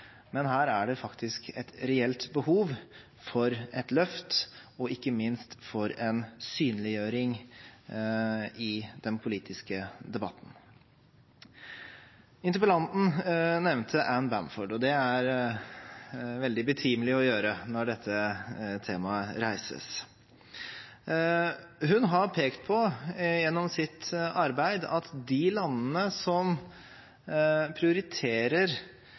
Men her er det faktisk et reelt behov for et løft, og ikke minst for en synliggjøring i den politiske debatten. Interpellanten nevnte Anne Bamford, og det er det veldig betimelig å gjøre når dette temaet reises. Hun har gjennom sitt arbeid pekt på at de landene som prioriterer